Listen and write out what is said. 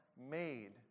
made